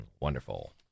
wonderful